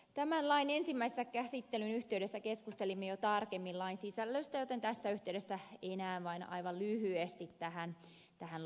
tämän lain ensimmäisen käsittelyn yhteydessä keskustelimme jo tarkemmin lain sisällöstä joten tässä yhteydessä enää vain aivan lyhyesti tähän lakiin